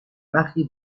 mary